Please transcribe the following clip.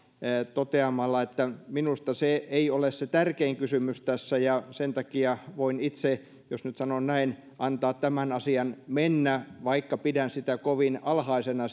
toteamalla että minusta se ei ole se tärkein kysymys tässä ja sen takia voin itse jos nyt sanon näin antaa tämän asian mennä vaikka pidän sitä rajaa kovin alhaisena